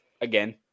Again